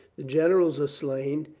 the generals are slain,